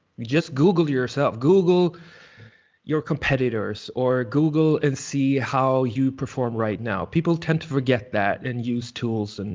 just google yourself, google your competitors, or google and see how you perform right now. people tend to forget that and use tools, and